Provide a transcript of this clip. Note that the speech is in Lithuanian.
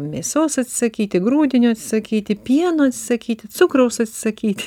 mėsos atsisakyti grūdinių atsisakyti pieno atsisakyti cukraus atsisakyti